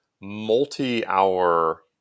multi-hour